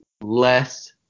less